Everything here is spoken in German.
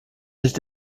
nicht